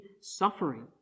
suffering